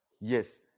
Yes